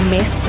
Miss